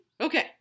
Okay